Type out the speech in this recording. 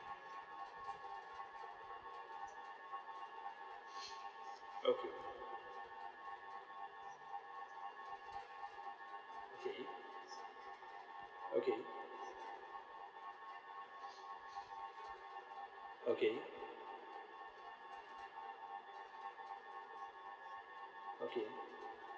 okay okay okay okay okay